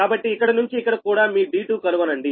కాబట్టి ఇక్కడి నుంచి ఇక్కడ కూడా మీ d2 కనుగొనండి